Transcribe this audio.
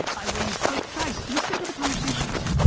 like i raise, like guys, listen to the conversations.